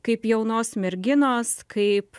kaip jaunos merginos kaip